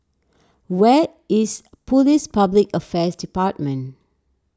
where is Police Public Affairs Department